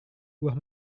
buah